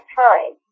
time